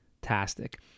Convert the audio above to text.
Fantastic